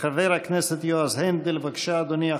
חבר הכנסת יועז הנדל, בבקשה, אדוני.